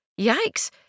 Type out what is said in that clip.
Yikes